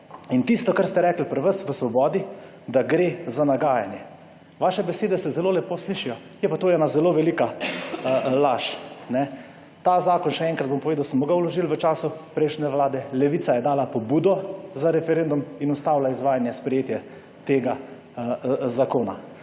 In tisto, kar ste rekli pri vas v Svobodi, da gre za nagajanje, vaše besede se zelo lepo slišijo, je pa to ena zelo velika laž. Ta zakon, še enkrat bom povedal, smo vložili v času prejšnje vlade, Levica je dala pobudo za referendum in ustavila izvajanje sprejetja tega zakona.